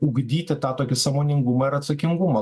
ugdyti tą tokį sąmoningumą ar atsakingumą